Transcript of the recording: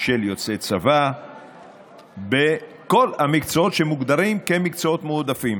של יוצאי צבא בכל המקצועות שמוגדרים כמקצועות מועדפים